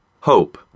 Hope